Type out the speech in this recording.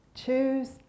Choose